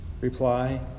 reply